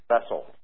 vessel